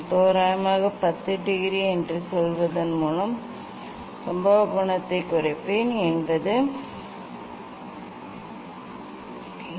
தோராயமாக 10 டிகிரி என்று சொல்வதன் மூலம் சம்பவ கோணத்தை குறைப்பேன் என்று நான் நினைக்கிறேன்